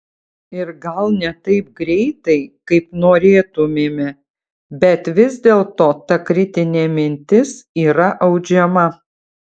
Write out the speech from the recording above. ir gal ne taip greitai kaip norėtumėme bet vis dėlto ta kritinė mintis yra audžiama